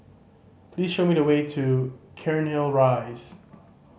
please show me the way to Cairnhill Rise